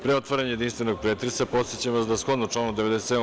Pre otvaranja jedinstvenog pretresa, podsećam vas da, shodno članu 97.